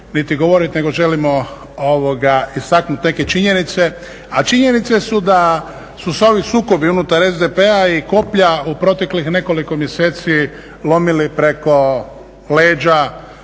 niti govoriti nego želimo istaknut neke činjenice. A činjenice su da su se ovi sukobi unutar SDP-a i koplja u proteklih nekoliko mjeseci lomili preko leđa